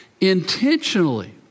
intentionally